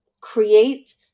create